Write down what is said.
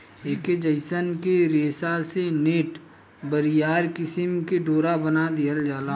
ऐके जयसन के रेशा से नेट, बरियार किसिम के डोरा बना दिहल जाला